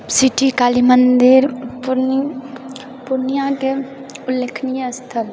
city Kali Mandir पूर्णियाके उल्लेखनीए स्थल